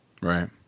Right